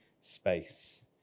space